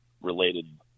related